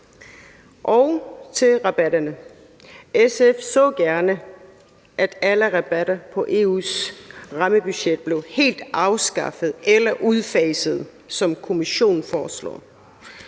angår rabatterne, så SF gerne, at alle rabatter på EU's rammebudget blev helt afskaffet eller udfaset, som Kommissionen foreslår